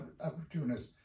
opportunists